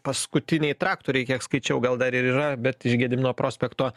paskutiniai traktoriai kiek skaičiau gal dar yra bet iš gedimino prospekto